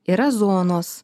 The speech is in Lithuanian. yra zonos